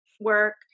work